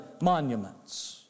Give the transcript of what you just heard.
monuments